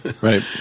Right